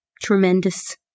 tremendous